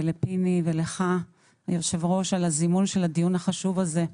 לפיני ולך היושב ראש על הזימון של הדיון החשוב הזה.